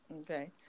Okay